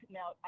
now